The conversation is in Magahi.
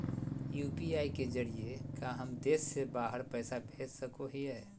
यू.पी.आई के जरिए का हम देश से बाहर पैसा भेज सको हियय?